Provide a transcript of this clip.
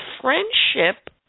friendship